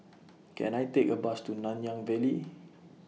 Can I Take A Bus to Nanyang Valley